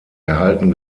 erhalten